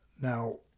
Now